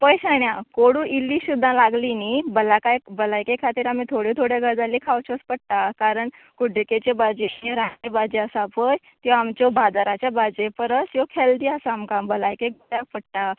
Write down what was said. पय शाण्या कोडू इल्ली सुद्दां लागली न्ही बलाय भलायके खातीर आमी थोड्यो थोड्यो गजाली खावच्योच पडटा कारण कुड्डुकेची भाजी रान भाजी आसा पय त्यो आमच्यो बाजाराचे भाजये परस ह्यो हेल्दी आसात आमकां भलायकेक बऱ्याक पडटा